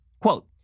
Quote